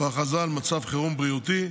או הכרזה על מצב חירום בריאותי,